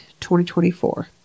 2024